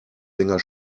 länger